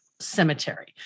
cemetery